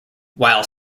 while